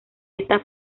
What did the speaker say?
esta